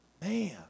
man